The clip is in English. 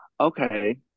Okay